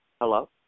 Hello